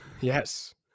Yes